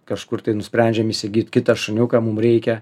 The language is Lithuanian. kažkur tai nusprendžiam įsigyt kitą šuniuką mum reikia